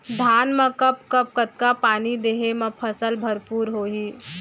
धान मा कब कब कतका पानी देहे मा फसल भरपूर होही?